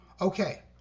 Okay